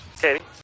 Katie